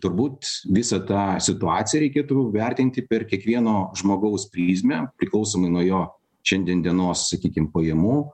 turbūt visą tą situaciją reikėtų vertinti per kiekvieno žmogaus prizmę priklausomai nuo jo šiandien dienos sakykim pajamų